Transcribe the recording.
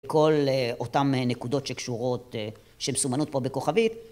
כל אה.. אותן אה.. נקודות שקשורות אה.. שמסומנות פה בכוכבית